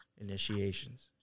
initiations